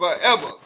forever